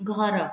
ଘର